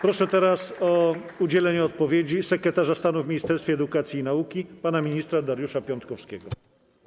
Proszę o udzielenie odpowiedzi sekretarza stanu w Ministerstwie Edukacji i Nauki pana ministra Dariusza Piontkowskiego.